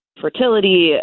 fertility